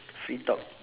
free talk